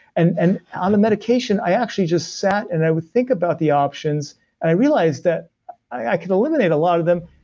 and and um the medication, i actually just sat and i would think about the options, and i realized that i could eliminate a lot of them,